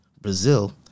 Brazil